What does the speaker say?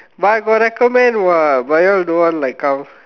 but I got recommend what but you all don't want like come